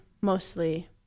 mostly